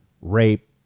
rape